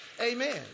Amen